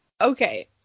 okay